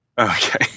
Okay